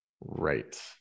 Right